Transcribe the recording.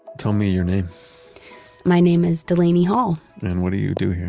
tell me your name my name is delaney hall and what do you do here?